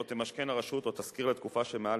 לא תמשכן הרשות או תשכיר לתקופה שמעל